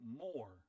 more